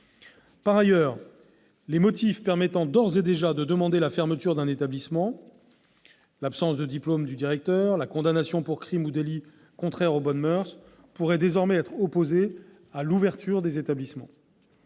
Par ailleurs, les motifs permettant d'ores et déjà de demander la fermeture d'un établissement- absence de diplôme du directeur, condamnation pour crime ou délit contraire aux bonnes moeurs -pourraient désormais être opposés à l'ouverture des établissements.